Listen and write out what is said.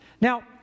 Now